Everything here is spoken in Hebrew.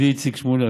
ידידי איציק שמולי,